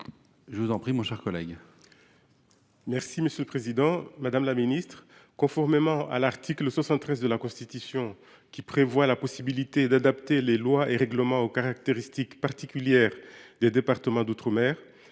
de l’intérieur et des outre mer. Madame la ministre, conformément à l’article 73 de la Constitution, qui prévoit la possibilité d’adapter les lois et règlements aux caractéristiques particulières des départements d’outre mer,